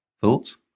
Thoughts